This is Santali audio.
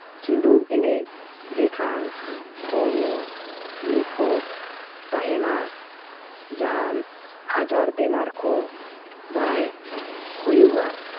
ᱪᱷᱤᱸᱰᱩ ᱮᱱᱮᱡ ᱞᱮᱠᱷᱟᱱ ᱦᱚᱲᱢᱚ ᱱᱤᱯᱷᱩᱴ ᱛᱟᱦᱮᱱᱟ ᱡᱟᱦᱟᱱ ᱟᱡᱟᱨ ᱵᱮᱢᱟᱨ ᱠᱚ ᱵᱟᱭ ᱦᱩᱭᱩᱜᱼᱟ